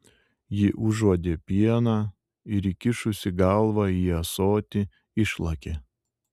ji užuodė pieną ir įkišusi galvą į ąsotį išlakė